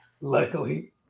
Luckily